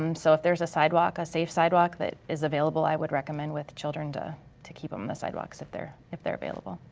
um so if there's a sidewalk, a safe sidewalk that is available, i would recommend with children and to keep them in the sidewalks if they're if they're available.